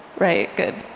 right. good.